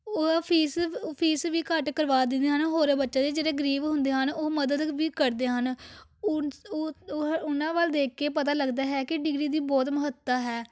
ਉਹ fees fees ਵੀ ਘੱਟ ਕਰਵਾ ਦਿੰਦੇ ਹਨ ਹੋਰ ਬੱਚਿਆਂ ਦੀ ਜਿਹੜੇ ਗਰੀਬ ਹੁੰਦੇ ਹਨ ਉਹ ਮਦਦ ਵੀ ਕਰਦੇ ਹਨ ਉਹ ਉਹ ਉਹ ਉਹਨਾਂ ਵੱਲ ਦੇਖ ਕੇ ਪਤਾ ਲੱਗਦਾ ਹੈ ਕਿ ਡਿਗਰੀ ਦੀ ਬਹੁਤ ਮਹੱਤਤਾ ਹੈ